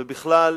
ובכלל,